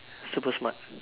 super smart